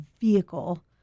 vehicle